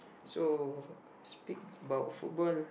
so speak about football